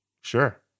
Sure